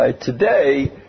Today